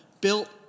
built